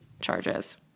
charges